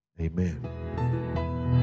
Amen